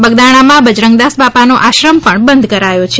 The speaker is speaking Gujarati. બગદાણામાં બજરંગદાસ બાપાનો આશ્રમ પણ બંધ કરાયો છે